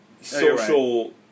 social